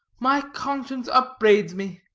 my conscience upbraids me